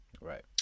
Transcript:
Right